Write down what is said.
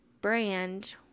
brand